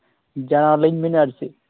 ᱡᱟᱱᱟᱣᱟᱞᱤᱧ ᱵᱮᱱ ᱟᱨ ᱪᱮᱫ